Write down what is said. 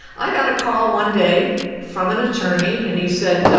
i got a call one day from an attorney and he said,